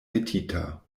metita